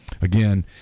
Again